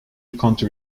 counter